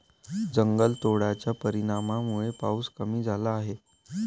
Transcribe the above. जंगलतोडाच्या परिणामामुळे पाऊस कमी झाला आहे